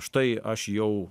štai aš jau